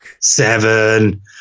seven